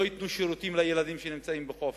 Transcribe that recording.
לא ייתנו שירותים לילדים שנמצאים בחופשה.